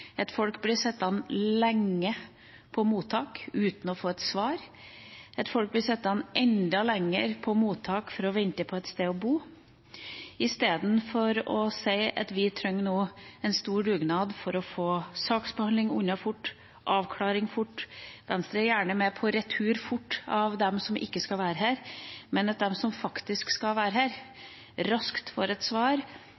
at folk blir sittende lenge på mottak uten å få et svar, at folk blir sittende enda lenger på mottak for å vente på et sted å bo – istedenfor å si at vi nå trenger en stor dugnad for å få saksbehandlinga unna fort og rask avklaring. Venstre er gjerne med på rask retur av dem som ikke skal være her, men de som faktisk skal være her, må få et svar